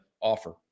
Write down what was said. offer